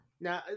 now